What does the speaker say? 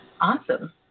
Awesome